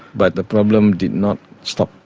but the problem did not stop.